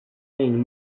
lejn